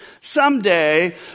Someday